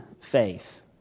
faith